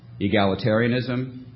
egalitarianism